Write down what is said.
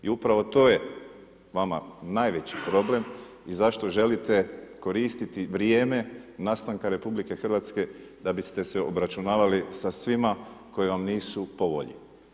I upravo to je vama najveći problem, zašto želite koristite vrijeme nastanka RH da biste se obračunavali sa svima koji vam nisu po volji.